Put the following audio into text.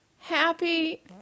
happy